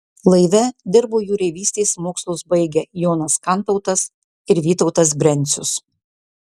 laive dirbo jūreivystės mokslus baigę jonas kantautas ir vytautas brencius